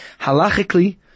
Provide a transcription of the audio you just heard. Halachically